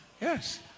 Yes